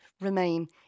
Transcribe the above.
remain